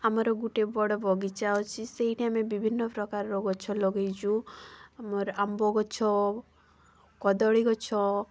ଆମର ଗୋଟିଏ ବଡ଼ ବଗିଚା ଅଛି ସେଇଠି ଆମେ ବିଭିନ୍ନ ପ୍ରକାରର ଗଛ ଲଗାଇଛୁ ଆମର ଆମ୍ବ ଗଛ କଦଳୀ ଗଛ